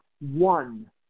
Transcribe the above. one